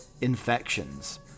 infections